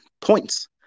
points